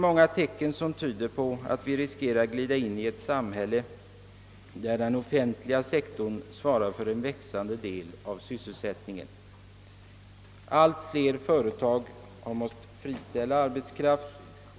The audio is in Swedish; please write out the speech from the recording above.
Många tecken tyder på att vi riskerar att glida in i ett samhälle där den offentliga sektorn svarar för en växande del av sysselsättningen. Allt fler företag har måst »friställa» arbetskraft.